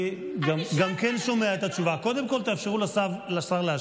אני שאלתי על הצוות שלך.